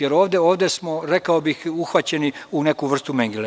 Jer, ovde smo, rekao bih, uhvaćeni u neku vrstu mengela.